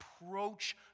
approach